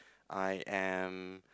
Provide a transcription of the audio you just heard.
I am